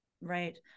right